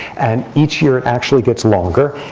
and each year, it actually gets longer.